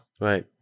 Right